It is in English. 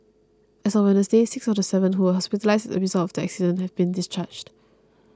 as of Wednesday six of the seven who were hospitalised as a result of the accident have been discharged